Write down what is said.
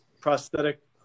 Prosthetic